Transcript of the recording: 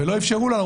ולא אפשרו לנו.